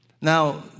Now